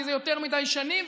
כי זה יותר מדי שנים,